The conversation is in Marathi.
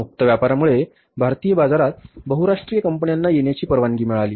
मुक्त व्यापारामुळे भारतीय बाजारात बहुराष्ट्रीय कंपन्यांना येण्याची परवानगी मिळाली